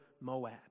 Moab